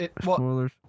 Spoilers